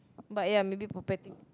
but ya maybe for betting